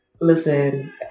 listen